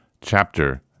Chapter